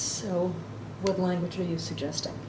so what language are you suggesting